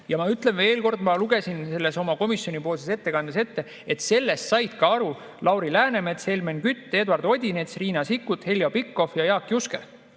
Ja ma ütlen veel kord, kuigi ma lugesin selle oma komisjonipoolses ettekandes ette, et sellest said aru ka Lauri Läänemets, Helmen Kütt, Eduard Odinets, Riina Sikkut, Heljo Pikhof ja Jaak Juske.